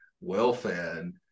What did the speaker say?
well-fed